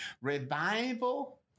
Revival